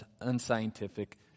unscientific